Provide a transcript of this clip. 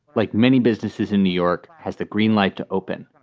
like many businesses in new york, has the green light to open.